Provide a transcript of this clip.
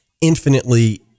infinitely